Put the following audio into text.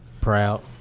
proud